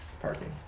Parking